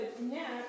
next